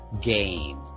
game